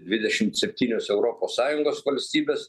dvidešimt septynios europos sąjungos valstybės